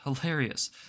hilarious